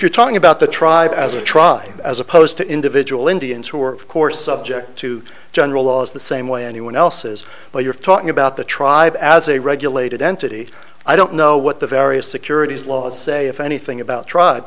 you're talking about the tribe as a try as opposed to individual indians who are of course subject to general laws the same way anyone else's but you're talking about the tribe as a regulated entity i don't know what the various securities laws say if anything about